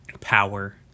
power